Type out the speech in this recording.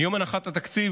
מיום הנחת התקציב,